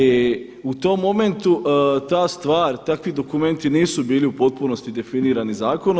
I u tom momentu ta stvar, takvi dokumenti nisu bili u potpunosti definirani zakonom.